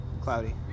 Cloudy